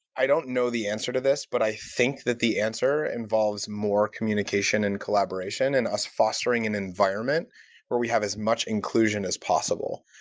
i don't know the answer to this, but i think that the answer involves more communication and collaboration and us fostering an environment where we have as much inclusion as possible.